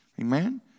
Amen